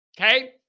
okay